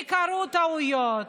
כי קרו טעויות.